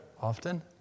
often